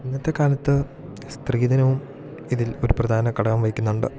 ഇന്നത്തെ കാലത്ത് സ്ത്രീധനവും ഇതിൽ ഒരു പ്രധാന ഘടകം വഹിക്കുന്നുണ്ട്